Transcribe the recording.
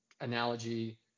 analogy